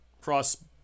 cross